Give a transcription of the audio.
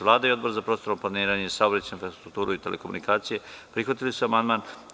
Vlada i Odbor za prostorno planiranje, saobraćaj, infrastrukturu i telekomunikacije prihvatili su amandman.